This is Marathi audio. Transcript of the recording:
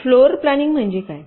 फ्लोरप्लानिंग म्हणजे काय